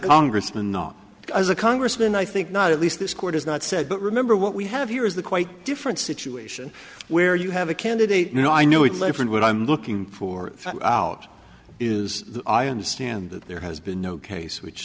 congressman not as a congressman i think not at least this court has not said but remember what we have here is the quite different situation where you have a candidate you know i know it's different what i'm looking for out is i understand that there has been no case which